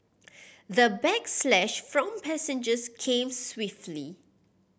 the backlash from passengers came swiftly